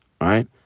right